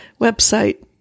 website